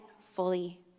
fully